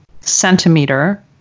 centimeter